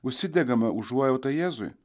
užsidegame užuojauta jėzui